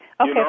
Okay